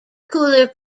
cooler